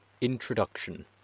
Introduction